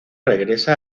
regresa